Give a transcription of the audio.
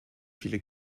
viele